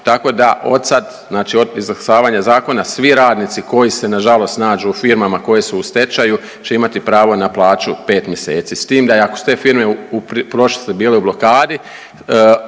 tako da odsad, znači od izglasavanja Zakona svi radnici koji se nažalost nađu u firmama koje su u stečaju će imati pravo na plaću 5 mjeseci. S tim da ako su te firme, prošle su bile u blokadi,